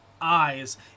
eyes